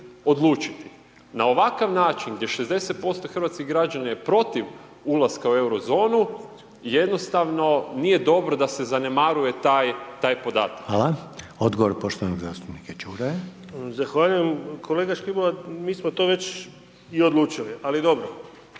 Na ovakav način gdje 60% hrvatskih građana je protiv ulaska u euro zonu, jednostavno nije dobro da se zanemaruje taj podatak. **Reiner, Željko (HDZ)** Hvala, Odgovor poštovanog zastupnika Čuraja. **Čuraj, Stjepan (HNS)** Zahvaljujem. Kolega Škibola, mi smo to već i odlučili. Ali dobro,